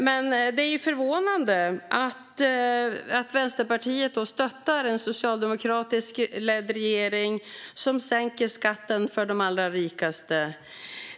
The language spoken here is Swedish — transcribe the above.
Då är det förvånande att Vänsterpartiet stöttar en socialdemokratiskt ledd regering som sänker skatten för de allra rikaste.